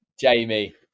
Jamie